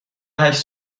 هشت